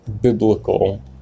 biblical